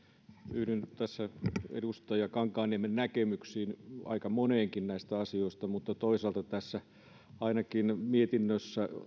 yhdyn tässä edustaja kankaanniemen näkemyksiin aika moneenkin näistä asioista mutta toisaalta ainakin tässä mietinnössä